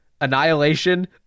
annihilation